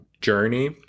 journey